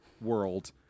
world